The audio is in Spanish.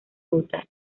ruta